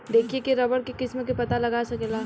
देखिए के रबड़ के किस्म के पता लगा सकेला